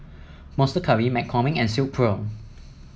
Monster Curry McCormick and Silkpro